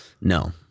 No